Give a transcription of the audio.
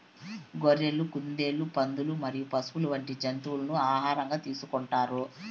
గొర్రెలు, కుందేళ్లు, పందులు మరియు పశువులు వంటి జంతువులను ఆహారంగా తీసుకుంటారు